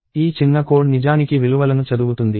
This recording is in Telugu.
ఈ చిన్న కోడ్ నిజానికి విలువలను చదువుతుంది